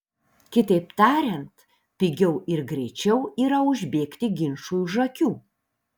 kitaip tariant pigiau ir greičiau yra užbėgti ginčui už akių